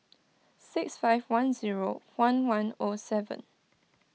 six five one zero one one O seven